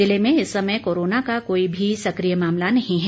जिले में इस समय कोरोना का कोई भी सकिय मामला नहीं है